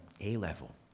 A-level